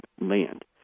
land